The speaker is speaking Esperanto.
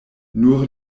nur